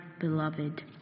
beloved